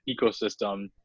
ecosystem